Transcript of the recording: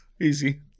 Easy